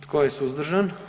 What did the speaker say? Tko je suzdržan?